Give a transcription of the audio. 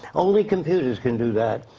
only computers can do that.